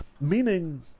Meaning